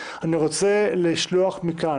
חבר הכנסת פורר לא נמצא כאן